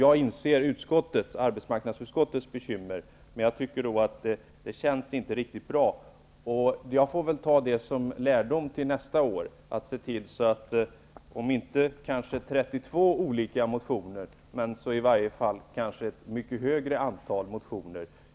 Jag inser arbetsmarknadsutskottets bekymmer, men jag tycker inte att det känns riktigt bra. Jag får ta det som en lärdom till nästa år och se till att väcka, om inte 32 olika motioner, så i varje fall ett mycket högre antal motioner.